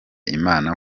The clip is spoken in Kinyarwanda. imana